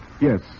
Yes